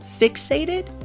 fixated